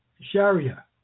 sharia